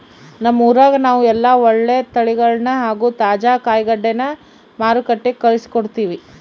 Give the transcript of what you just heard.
ನಮ್ಮ ಊರಗ ನಾವು ಎಲ್ಲ ಒಳ್ಳೆ ತಳಿಗಳನ್ನ ಹಾಗೂ ತಾಜಾ ಕಾಯಿಗಡ್ಡೆನ ಮಾರುಕಟ್ಟಿಗೆ ಕಳುಹಿಸಿಕೊಡ್ತಿವಿ